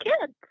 kids